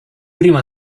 primo